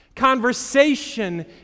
conversation